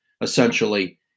essentially